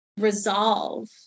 resolve